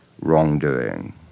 wrongdoing